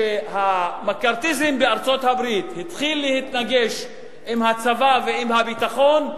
כשהמקארתיזם בארצות-הברית התחיל להתנגש עם הצבא ועם הביטחון,